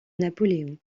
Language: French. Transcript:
napoléon